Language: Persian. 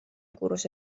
کوروش